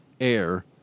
air